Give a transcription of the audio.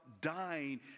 dying